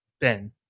Ben